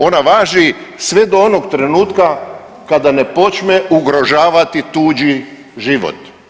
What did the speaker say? Ona važi sve do onog trenutka kada ne počne ugrožavati tuđi život.